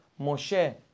Moshe